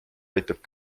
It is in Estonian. aitab